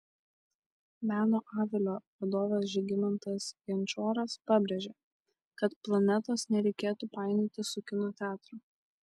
meno avilio vadovas žygimantas jančoras pabrėžė kad planetos nereikėtų painioti su kino teatru